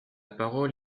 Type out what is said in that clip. parole